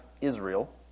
Israel